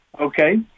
okay